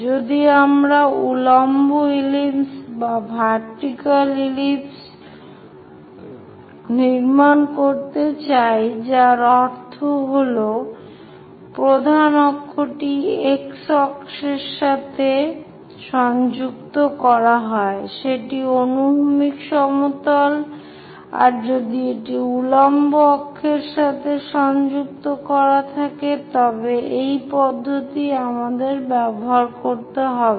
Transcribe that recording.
যদি আমরা উল্লম্ব ইলিপস নির্মাণ করতে চাই যার অর্থ হল প্রধান অক্ষটি x অক্ষের সাথে সংযুক্ত করা হয় সেটি অনুভূমিক সমতল আর যদি এটি উল্লম্ব অক্ষের সাথে সংযুক্ত থাকে তবে একই পদ্ধতি আমাদের করতে হবে